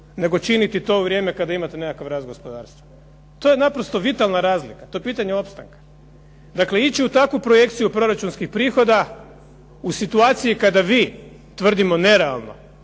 nego činiti to u vrijeme kada imate nekakav rast gospodarstva. To je naprosto vitalna razlika. To je pitanje opstanka. Dakle ići u takvu projekciju proračunskih prihoda, u situaciji kada vi tvrdimo nerealno